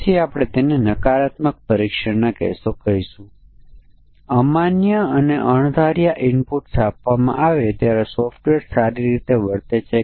તેથી program compute કરે છે તે તારીખ આપવામાં આવે છે તે તારીખ દર્શાવે છે